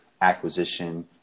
acquisition